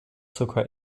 zucker